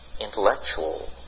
intellectual